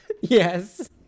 Yes